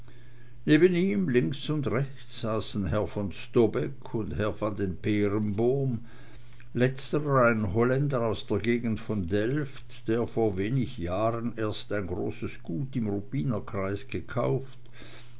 links und rechts saßen herr von storbeck und herr van dem peerenboom letzterer ein holländer aus der gegend von delft der vor wenig jahren erst ein großes gut im ruppiner kreise gekauft